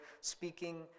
speaking